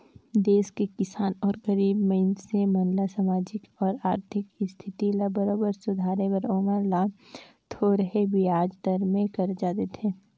देस के किसान अउ गरीब मइनसे मन ल सामाजिक अउ आरथिक इस्थिति ल बरोबर सुधारे बर ओमन ल थो रहें बियाज दर में करजा देथे